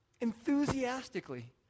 enthusiastically